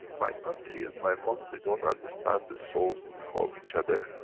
my auntie and my mom, they don't understand the souls inform each other,